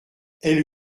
elle